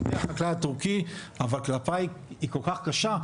מהחקלאי הטורקי, --- כל כך קשה,